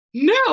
no